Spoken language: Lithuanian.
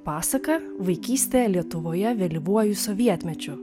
pasaka vaikystė lietuvoje vėlyvuoju sovietmečiu